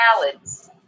salads